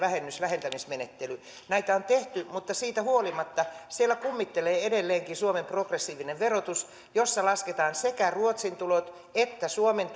vähentämismenettely näitä on tehty mutta siitä huolimatta siellä kummittelee edelleenkin suomen progressiivinen verotus jossa lasketaan sekä ruotsin tulot että suomen